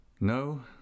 No